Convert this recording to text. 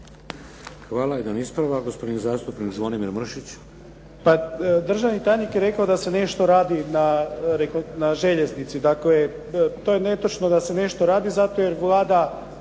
Hvala. Jedan ispravak, gospodin zastupnik Zvonimir Mršić.